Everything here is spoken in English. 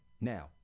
Now